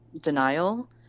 denial